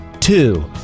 Two